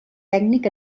tècnic